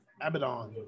Abaddon